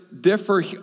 differ